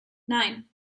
nine